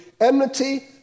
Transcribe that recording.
enmity